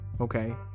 okay